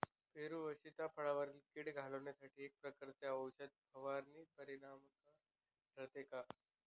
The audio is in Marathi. पेरू व सीताफळावरील कीड घालवण्यासाठी एकाच प्रकारची औषध फवारणी परिणामकारक ठरते का?